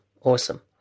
Awesome